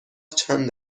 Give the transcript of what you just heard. چند